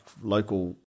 local